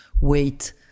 wait